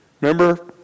Remember